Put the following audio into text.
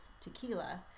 tequila